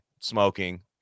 smoking